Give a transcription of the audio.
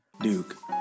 Duke